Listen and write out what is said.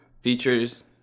Features